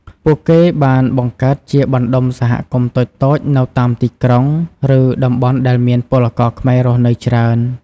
ពួកគេបានបង្កើតជាបណ្ដុំសហគមន៍តូចៗនៅតាមទីក្រុង ឬតំបន់ដែលមានពលករខ្មែររស់នៅច្រើន ។